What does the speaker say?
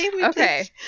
Okay